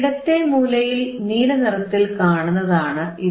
ഇടത്തേ മൂലയിൽ നീല നിറത്തിൽ കാണുന്നതാണ് ഇത്